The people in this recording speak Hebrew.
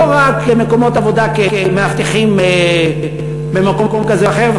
לא רק מקומות עבודה כמאבטחים במקום כזה או אחר,